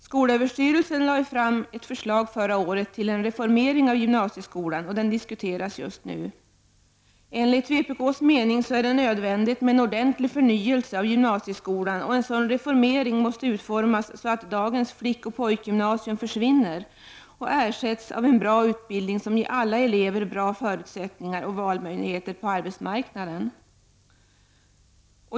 Skolöverstyrelsen lade förra året fram ett förslag till en reformering av gymnasieskolan som just nu diskuteras. Enligt vpk:s mening är det nödvändigt med en ordentlig förnyelse av gymnasieskolan, och en sådan reformering måste utformas så att dagens flickoch pojkgymnasium försvinner och ersätts av en bra utbildning som ger alla elever bra förutsättningar och valmöjligheter på arbetsmarknaden.